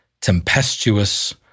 tempestuous